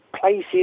places